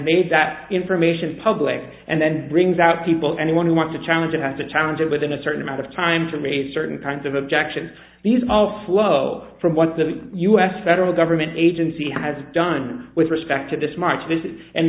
made that information public and then brings out people anyone who want to challenge it have to challenge it within a certain amount of time for made certain kinds of objections these all flow from what the u s federal government agency has done with respect to this march visit and